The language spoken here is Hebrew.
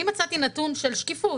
אני מצאתי נתון של שקיפות